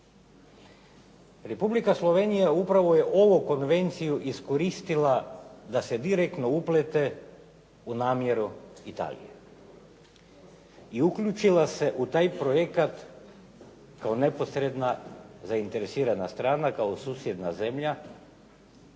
Republika Slovenija upravo je ovu konvenciju iskoristila da se direktno uplete u namjeru Italije. I uključila se u taj projekat kao neposredna zainteresirana strana, kao susjedna zemlja